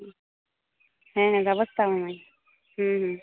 ᱦᱮᱸ ᱵᱮᱵᱚᱥᱛᱷᱟ ᱟᱹᱢᱟᱹᱧ